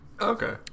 okay